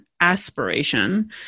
aspiration